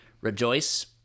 rejoice